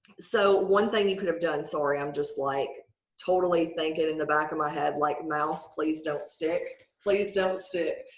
so one thing you could have done, sorry i'm just like totally thinking in the back of my head like, mouse, please don't stick. please don't stick.